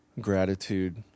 gratitude